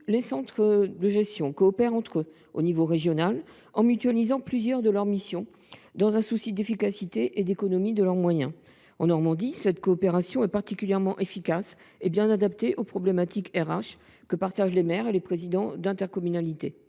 Les centres de gestion coopèrent également entre eux à l’échelon régional, en mutualisant plusieurs de leurs missions dans un souci d’efficacité et d’économie de leurs moyens. En Normandie, cette coopération est particulièrement efficace et bien adaptée aux problématiques relatives aux ressources humaines que partagent les maires et les présidents d’intercommunalité.